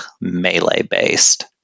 melee-based